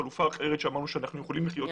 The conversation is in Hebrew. זו חלופה אחרת שאמרנו שאנחנו יכולים לחיות אתה.